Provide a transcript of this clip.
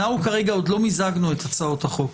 כרגע עוד לא מיזגנו את הצעות החוק.